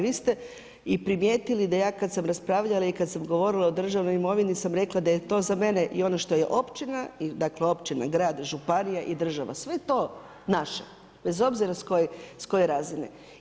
Vi ste i primijetili da ja kad sam raspravljala i kad sam govorila o državnoj imovini sam rekla da je to za mene i ono što je općina i dakle, grad, županija i država, sve to naše, bez obzira s koje razine.